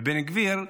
בן גביר,